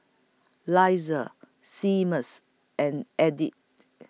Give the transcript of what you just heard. Elizah Seamus and Edith